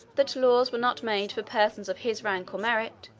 that laws were not made for persons of his rank or merit,